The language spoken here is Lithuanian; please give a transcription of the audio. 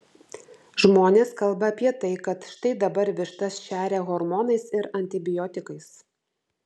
žmonės kalba apie tai kad štai dabar vištas šeria hormonais ir antibiotikais